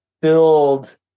build